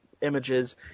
images